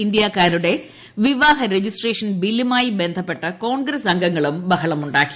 ഇന്ത്യക്കാരുടെ വിവാഹ രജിസ്ട്രേഷൻ ബില്ലുമായി ബന്ധപ്പെട്ട് കോൺഗ്രസ് അംഗങ്ങളും ബഹളമുണ്ടാക്കി